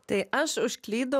tai aš užklydau į